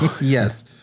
Yes